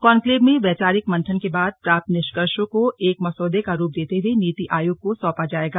conclave में वैचारिक मंथन के बाद प्राप्त निष्कर्षो को एक मसौदे का रूप देते हुए नीति आयोग को सौंपा जाएगा